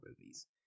movies